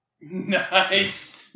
Nice